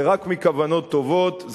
זה רק מכוונות טובות,